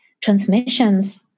transmissions